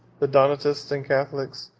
the donatists and catholics,